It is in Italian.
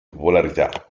popolarità